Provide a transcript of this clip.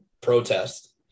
protest